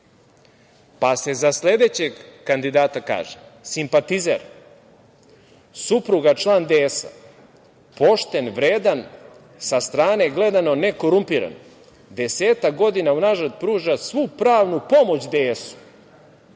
šansu.Za sledećeg kandidata se kaže – simpatizer, supruga član DS, pošten, vredan, sa strane gledano nekorumpiran, desetak godina unazad pruža svu pravnu pomoć DS-u,